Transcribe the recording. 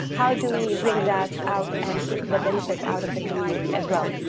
how do we bring that out and get the benefit out of the community as well?